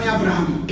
Abraham